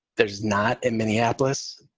there's not in minneapolis.